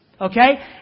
Okay